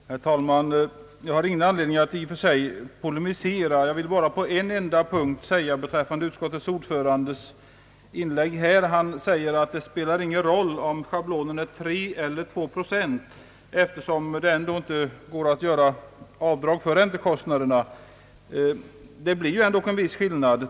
Herr talman! Jag har ingen anledning att ingå i polemik men vill på en enda punkt bemöta inlägget från utskottets ordförande. Han tycker inte det spelar någon roll om schablonen är 3 eller 2 procent, eftersom det ändå inte går att göra avdrag för räntekostnaderna. Det blir dock en viss skillnad.